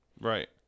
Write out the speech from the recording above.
Right